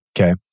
Okay